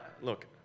look